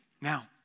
Now